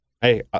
hey